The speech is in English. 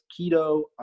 keto